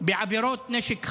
בעבירות נשק חמורות,